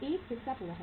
एक हिस्सा पूराहै